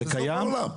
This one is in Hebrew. סוף העולם.